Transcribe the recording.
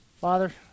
Father